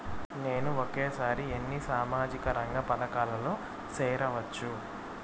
నేను ఒకేసారి ఎన్ని సామాజిక రంగ పథకాలలో సేరవచ్చు?